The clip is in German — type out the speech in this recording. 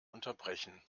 unterbrechen